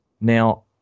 Now